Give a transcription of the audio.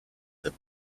that